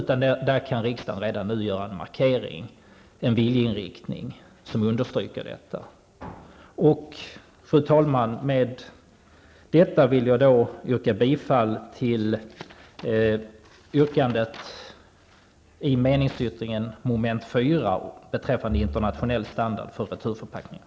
Riksdagen kan redan nu göra en markering genom att visa en viljeinriktning som understryker detta. Fru talman! Med detta ber jag att få yrka bifall till förslaget i meningsyttringen mom. 4 beträffande internationell standard för returförpackningar.